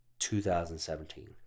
2017